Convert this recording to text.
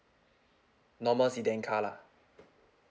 normal sedan car lah